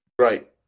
Right